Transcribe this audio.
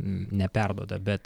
neperduoda bet